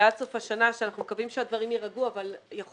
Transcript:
ועד סוף השנה כאשר אנחנו מקווים שהדברים יירגעו אבל אנחנו